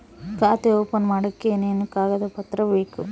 ಖಾತೆ ಓಪನ್ ಮಾಡಕ್ಕೆ ಏನೇನು ಕಾಗದ ಪತ್ರ ಬೇಕು?